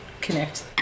connect